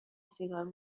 سیگار